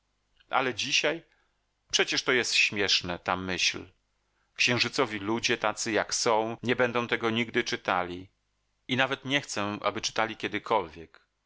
ale dzisiaj przecież to jest śmieszne ta myśl księżycowi ludzie tacy jak są nie będą tego nigdy czytali i nawet nie chcę aby czytali kiedykolwiek